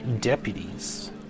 deputies